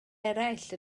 eraill